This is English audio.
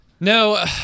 No